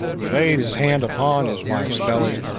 he laid his hand upon his wife's belly,